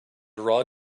raw